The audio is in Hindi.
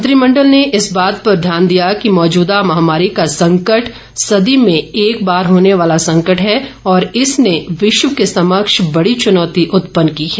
मंत्रिमण्डल ने इस बात पर ध्यान दिया कि मौजूदा महामारी का संकट सदी में एक बार होने वाला संकट है और इनसे विश्व के समक्ष बड़ी चुनौती उत्पन्न की है